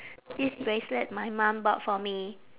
this bracelet my mom bought for me